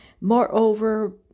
Moreover